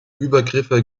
übergriffe